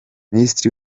minisitiri